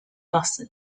buses